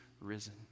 risen